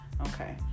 okay